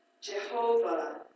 Jehovah